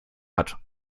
hat